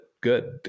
good